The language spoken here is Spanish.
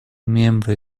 miembro